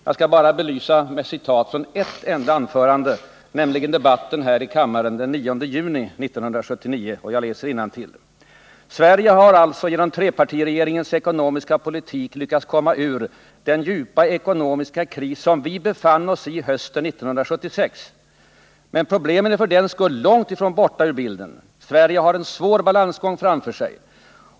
Jag skall belysa det bara med ett citat från ett enda anförande, hållet under debatten här i kammaren den 9 juni 1979 — och jag läser innantill: ”Sverige har alltså, genom trepartiregeringens ekonomiska politik, lyckats komma ur den djupa ekonomiska kris som vi befann oss i hösten 1976. Men problemen är för den skull långt ifrån borta ur bilden. Sverige har en svår balansgång framför sig.